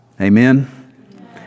Amen